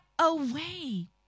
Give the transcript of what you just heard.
away